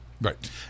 Right